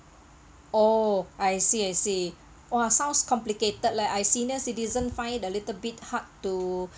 oh I see I see !wah! sounds complicated leh I senior citizen find a little bit hard to